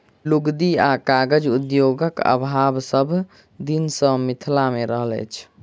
लुगदी आ कागज उद्योगक अभाव सभ दिन सॅ मिथिला मे रहल अछि